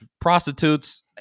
prostitutes